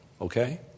Okay